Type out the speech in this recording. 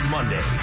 Monday